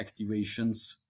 activations